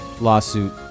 lawsuit